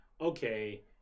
okay